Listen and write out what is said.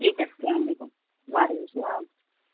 ٹھیک ہے السلام علیکم وعلیکم السلام